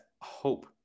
hope